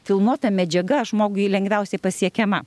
filmuota medžiaga žmogui lengviausiai pasiekiama